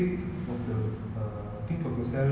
and try to ma~ uh try to